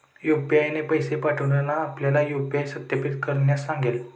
UPI ने पैसे पाठवताना आपल्याला यू.पी.आय सत्यापित करण्यास सांगेल